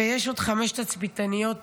ויש עוד חמש תצפיתניות בשבי.